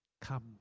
come